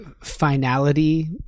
finality